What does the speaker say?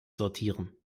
sortieren